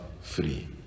free